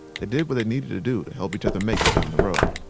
they did what they needed to do to help each other make it down the road